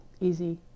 easy